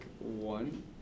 one